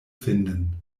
finden